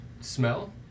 smell